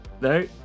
No